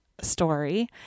Story